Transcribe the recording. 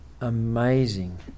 amazing